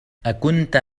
أكنت